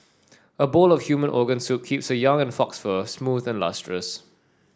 a bowl of human organ soup keeps her young and fox fur smooth and lustrous